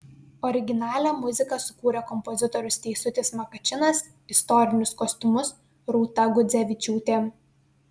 originalią muziką sukūrė kompozitorius teisutis makačinas istorinius kostiumus rūta gudzevičiūtė